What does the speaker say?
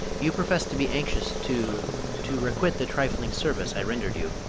you profess to be anxious to to requite the trifling service i rendered you,